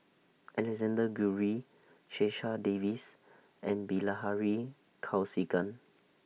Alexander Guthrie Checha Davies and Bilahari Kausikan